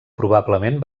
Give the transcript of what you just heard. probablement